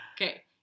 Okay